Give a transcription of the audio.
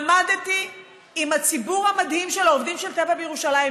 עמדתי עם הציבור המדהים של העובדים של טבע בירושלים,